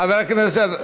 חבר הכנסת,